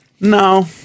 No